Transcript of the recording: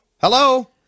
Hello